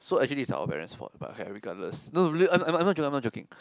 so actually it's our parents' fault but uh regardless no really I'm not I'm not joking I'm not joking